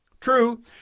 True